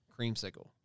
creamsicle